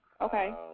Okay